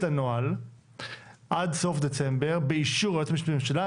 הנוהל עד סוף דצמבר באישור היועץ המשפטי לממשלה,